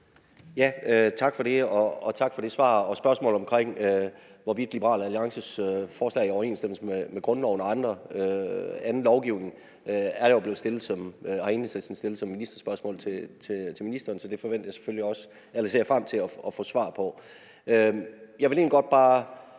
Tak for det, og tak for det svar. Spørgsmålet omkring, hvorvidt Liberal Alliances forslag er i overensstemmelse med grundloven og anden lovgivning, har Enhedslisten stillet som ministerspørgsmål til ministeren, så det ser jeg frem til at få svar på.